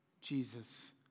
Jesus